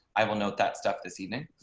i will note that stuff this evening.